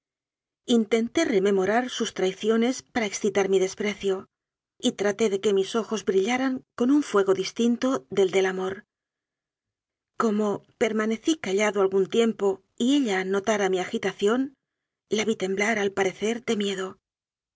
tenté rememorar sus traiciones para excitar mi desprecio y traté de que mis ojos brillaran con un fuego distinto del de el amor como permanecí callado algún tiempo y ella notara mi agitación la vi temblar al parecer de miedo